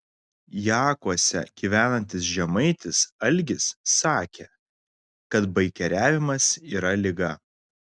jakuose gyvenantis žemaitis algis sakė kad baikeriavimas yra liga